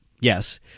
Yes